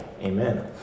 Amen